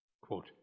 Quote